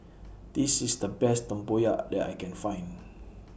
This IS The Best Tempoyak that I Can Find